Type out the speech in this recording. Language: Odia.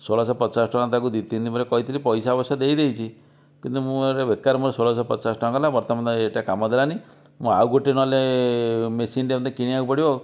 ଷୋହଳଶହ ପଚାଶ ଟଙ୍କା ତାକୁ ଦୁଇ ତିନି ଦିନ ପରେ କହିଥିଲି ପଇସା ଅବଶ୍ୟ ଦେଇଦେଇଛି କିନ୍ତୁ ମୁଁ ଏଇଟା ବେକାର ମୋର ଷୋହଳଶହ ପଚାଶ ଟଙ୍କା ଗଲା ବର୍ତ୍ତମାନ ଏଇଟା କାମ ଦେଲାନି ମୁଁ ଆଉ ଗୋଟେ ନହେଲେ ମେସିନ୍ଟେ ମୋତେ କିଣିବାକୁ ପଡ଼ିବ